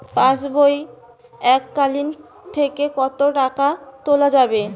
পাশবই এককালীন থেকে কত টাকা তোলা যাবে?